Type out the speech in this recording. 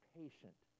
patient